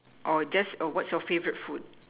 or just oh what's your favourite food